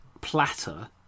platter